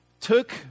took